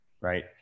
Right